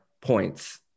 points